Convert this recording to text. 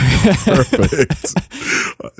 Perfect